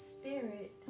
Spirit